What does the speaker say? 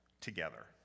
together